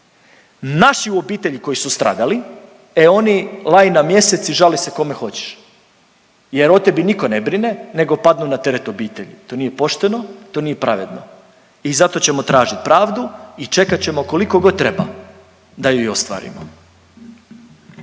naši u obitelji koji su stradali e oni laj na Mjesec i želi se kome hoćeš jer o temi nitko ne brine nego padnu na teret obitelji. To nije pošteno, to nije pravedno i zato ćemo tražit pravdu i čekat ćemo koliko god treba da ju i ostvarimo.